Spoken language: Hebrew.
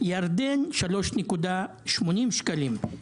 ירדן 3.80 שקלים,